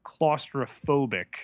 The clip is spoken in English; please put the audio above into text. claustrophobic